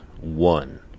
one